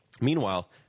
Meanwhile